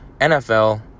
NFL